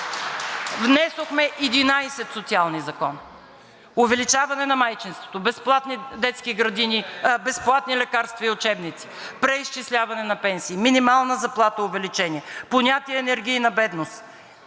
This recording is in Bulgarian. внесохме 11 социални закона – увеличаване на майчинството, безплатни детски градини, безплатни лекарства и учебници, преизчисляване на пенсии, минимална заплата – увеличение, понятие „енергийна бедност“.